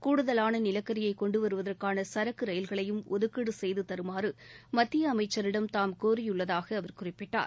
கூடுதலானநிலக்கரியைகொண்டுவருவதற்கானசரக்குரயில்களையும் ஒதுக்கீடுசெய்துதருமாறுமத்தியஅமைச்சரிடம் தாம் கோரியுள்ளதாகஅவர் குறிப்பிட்டார்